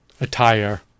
attire